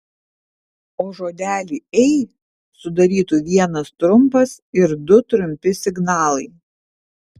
o žodelį ei sudarytų vienas trumpas ir du trumpi signalai